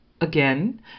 again